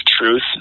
truth